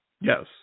Yes